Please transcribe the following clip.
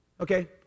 Okay